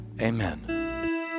Amen